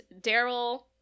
Daryl